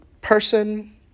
person